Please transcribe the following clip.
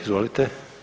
Izvolite.